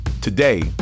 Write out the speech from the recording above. Today